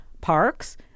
parks